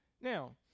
Now